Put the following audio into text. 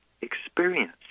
experience